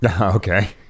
Okay